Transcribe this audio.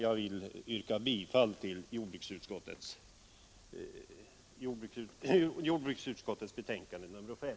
Jag yrkar bifall till jordbruksutskottets hemställan i dess betänkande nr 5.